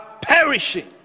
perishing